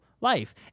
life